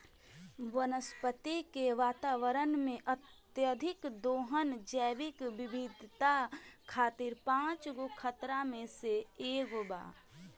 वनस्पति के वातावरण में, अत्यधिक दोहन जैविक विविधता खातिर पांच गो खतरा में से एगो बा